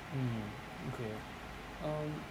mm okay um